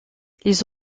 les